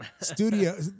studio